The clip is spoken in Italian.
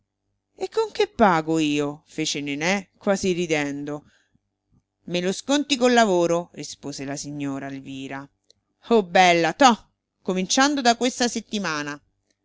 e con che pago io fece nené quasi ridendo me lo sconti col lavoro rispose la signora elvira oh bella toh cominciando da questa settimana